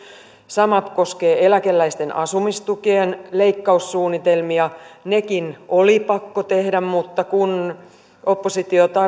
sama koskee eläkeläisten asumistuen leikkaussuunnitelmia nekin oli pakko tehdä mutta kun oppositio